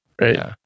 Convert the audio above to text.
Right